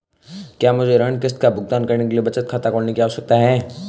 क्या मुझे ऋण किश्त का भुगतान करने के लिए बचत खाता खोलने की आवश्यकता है?